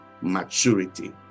maturity